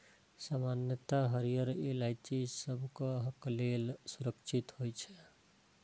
सामान्यतः हरियर इलायची सबहक लेल सुरक्षित होइ छै